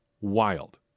wild